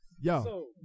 Yo